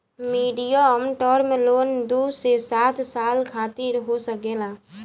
medium term loan दू से सात साल खातिर हो सकेला